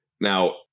Now